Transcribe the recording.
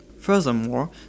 Furthermore